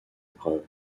épreuve